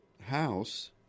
house